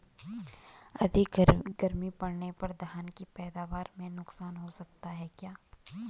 अधिक गर्मी पड़ने पर धान की पैदावार में नुकसान हो सकता है क्या?